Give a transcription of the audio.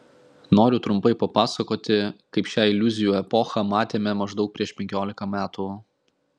noriu trumpai papasakoti kaip šią iliuzijų epochą matėme maždaug prieš penkiolika metų